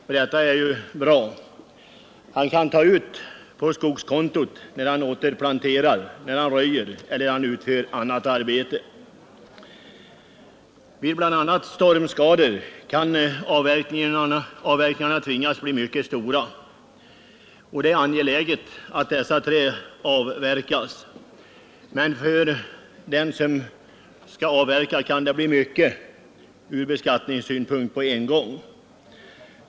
Detta är bra. Han kan ta ut på skogskontot när han återplanterar, röjer eller utför annat arbete. Vid bl.a. stormskador kan de nödvändiga avverkningarna bli mycket stora. Det är angeläget att nedfallna och skadade träd avverkas. Men för dem som avverkar kan det bli fråga om från beskattningssynpunkt ganska stora belopp.